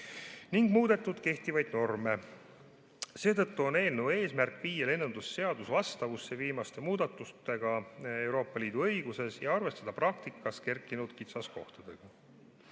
ning muudetud kehtivaid norme. Seetõttu on eelnõu eesmärk viia lennundusseadus vastavusse viimaste muudatustega Euroopa Liidu õiguses ja arvestada praktikas tekkinud kitsaskohti. Annan